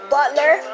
Butler